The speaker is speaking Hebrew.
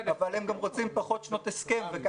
אבל הם גם רוצים פחות שנות הסכם.